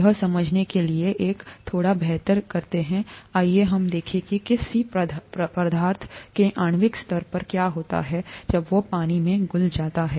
यह समझने के लिए कि ए थोड़ा बेहतर करते हैं आइए हम देखें कि किसी पदार्थ के आणविक स्तर पर क्या होता है पानी में घुल जाता है